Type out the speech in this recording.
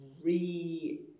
re-